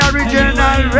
Original